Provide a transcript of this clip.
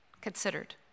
considered